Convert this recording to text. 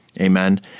amen